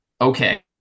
okay